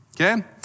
Okay